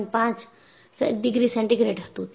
5 degree centigrade હતું